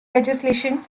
legislation